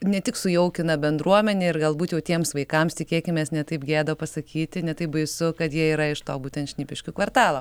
ne tik sujaukina bendruomenę ir galbūt jau tiems vaikams tikėkimės ne taip gėda pasakyti ne taip baisu kad jie yra iš to būtent šnipiškių kvartalo